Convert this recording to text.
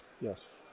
Yes